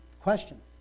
question